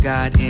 God